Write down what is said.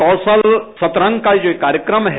कौशल सतरंग का यह कार्यक्रम है